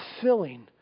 filling